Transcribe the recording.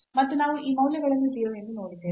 ಮತ್ತು ನಾವು ಆ ಮೌಲ್ಯಗಳನ್ನು 0 ಎಂದು ನೋಡಿದ್ದೇವೆ